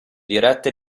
dirette